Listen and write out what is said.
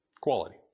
Quality